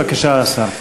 בבקשה, השר.